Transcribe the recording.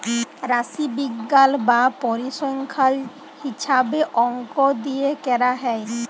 রাশিবিজ্ঞাল বা পরিসংখ্যাল হিছাবে অংক দিয়ে ক্যরা হ্যয়